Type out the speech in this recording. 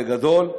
בגדול,